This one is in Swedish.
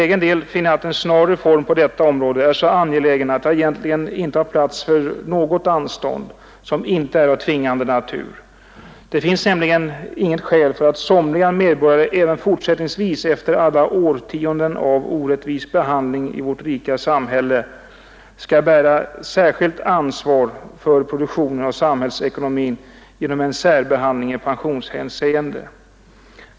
Det finns nämligen inget skäl för att somliga medborgare även fortsättningsvis, efter alla årtionden av orättvis behandling i vårt rika samhälle, skall bära ett särskilt ansvar för produktionen och samhällsekonomin genom att särbehandlas i pensionshänseende.